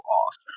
off